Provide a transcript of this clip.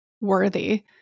worthy